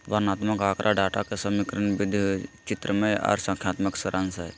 वर्णनात्मक आँकड़ा डाटा के सारणीबद्ध, चित्रमय आर संख्यात्मक सारांश हय